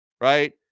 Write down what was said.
right